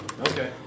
Okay